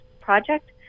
project